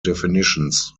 definitions